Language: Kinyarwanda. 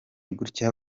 gutya